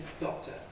doctor